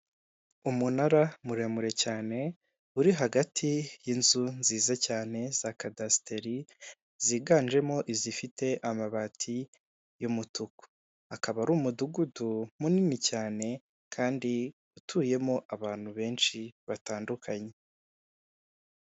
Umunara muremure cyane uri hagati y'inzu nziza cyane za kadasiteri ziganjemo izifite amabati y'umutuku, akaba ari umudugudu munini cyane kandi utuyemo abantu benshi batandukanye.